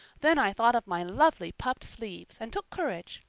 then i thought of my lovely puffed sleeves and took courage.